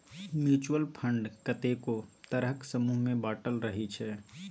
mutual fund कतेको तरहक समूह मे बाँटल रहइ छै